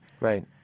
Right